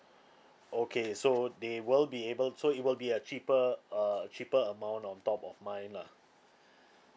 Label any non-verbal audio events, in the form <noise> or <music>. okay so they will be able so it will be a cheaper uh a cheaper amount on top of mine lah <breath>